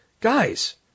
guys